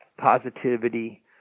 positivity